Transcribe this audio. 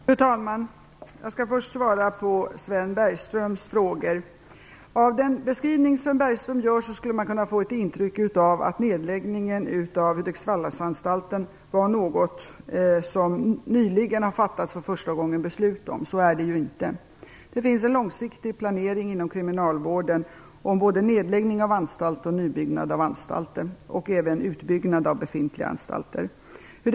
Fru talman! Jag skall först svara på Sven Bergströms frågor. Av den beskrivning som Bergström gör skulle man kunna få intryck av att nedläggningen av Hudiksvallsanstalten var något som det nyligen har fattas beslut om för första gången. Så är det ju inte. Det finns en långsiktig planering inom kriminalvården av både nedläggning av anstalter och nybyggnad av anstalter liksom även av utbyggnad av befintliga anstalter.